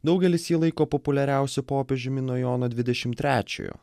daugelis jį laiko populiariausiu popiežiumi nuo jono dvidešimt trečiojo